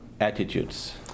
attitudes